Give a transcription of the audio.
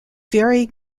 varying